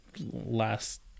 last